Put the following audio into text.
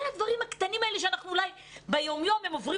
כל הדברים הקטנים האלה שביום יום הם עוברים